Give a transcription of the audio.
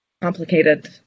complicated